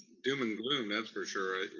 doom and gloom, that's for sure.